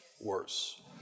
worse